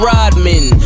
Rodman